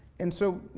and so,